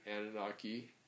Anunnaki